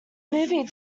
movie